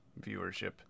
Viewership